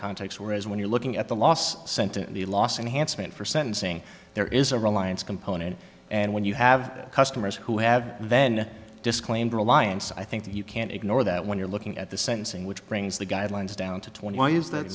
context whereas when you're looking at the last sentence the loss enhanced meant for sentencing there is a reliance component and when you have customers who have then disclaimed reliance i think that you can't ignore that when you're looking at the sentencing which brings the guidelines down to twenty why is that